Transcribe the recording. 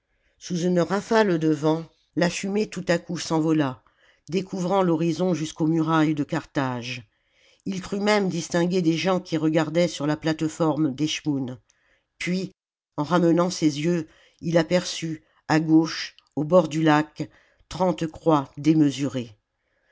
sous une rafale de vent la fumée tout à coup s'envola découvrant l'horizon jusqu'aux murailles de carthage il crut même distinguer des gens qui regardaient sur la plate-forme d'eschmoûn puis en ramenant ses jeux il aperçut à gauche au bord du lac trente croix démesurées